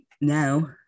now